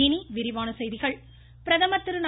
இனி விரிவான செய்திகள் பிரதமர் பிரதமர் திரு